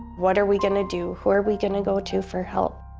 what are we gonna do? who are we gonna go to for help?